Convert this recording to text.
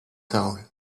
soul